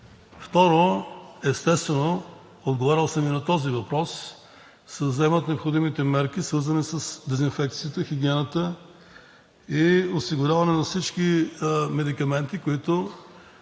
Второ, естествено, отговарял съм и на този въпрос, се вземат необходимите мерки, свързани с дезинфекцията, хигиената и осигуряването на всички медикаменти, които